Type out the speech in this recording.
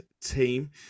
team